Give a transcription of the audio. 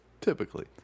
Typically